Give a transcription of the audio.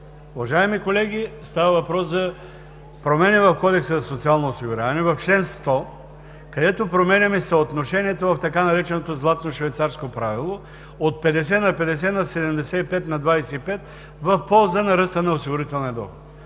Уважаеми колеги, става въпрос за промени в Кодекса за социално осигуряване, в чл. 100, където променяме съотношението в така нареченото „златно швейцарско правило“ от 50 на 50, на 75 на 25 в полза на ръста на осигурителния доход.